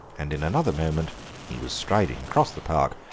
and in another moment he was striding across the park,